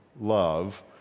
love